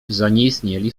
zanieistnieli